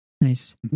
Nice